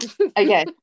Okay